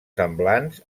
semblants